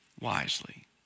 wisely